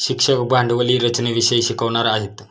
शिक्षक भांडवली रचनेविषयी शिकवणार आहेत